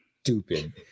stupid